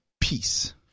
peace